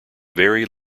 very